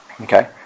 Okay